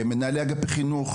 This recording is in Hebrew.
מנהלי אגפי חינוך,